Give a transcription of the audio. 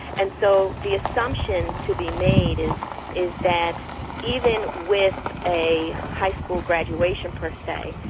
and so the assumption to be made is is that even with a high school graduation per se,